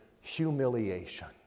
humiliation